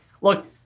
look